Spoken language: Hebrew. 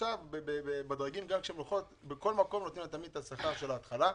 בכל מקום נותנים להן שכר התחלתי.